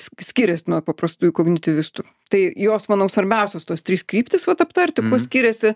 s skiriasi nuo paprastųjų kognityvistų tai jos manau svarbiausios tos trys kryptys vat aptarti kuo skiriasi